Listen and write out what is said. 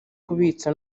kubitsa